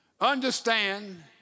understand